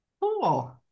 Cool